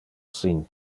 sin